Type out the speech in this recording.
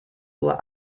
uhr